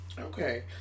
okay